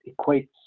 equates